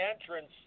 entrance